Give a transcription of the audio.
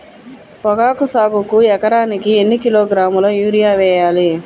పొగాకు సాగుకు ఎకరానికి ఎన్ని కిలోగ్రాముల యూరియా వేయాలి?